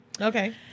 Okay